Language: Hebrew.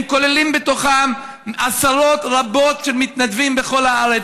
הם כוללים בתוכם עשרות רבות של מתנדבים בכל הארץ.